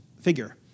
figure